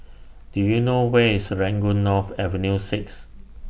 Do YOU know Where IS Serangoon North Avenue six